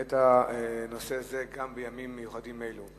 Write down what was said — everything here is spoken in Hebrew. העלית נושא זה גם בימים מיוחדים אלה.